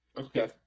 okay